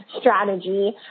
strategy